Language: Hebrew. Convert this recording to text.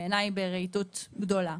בעיניי ברהיטות גדולה,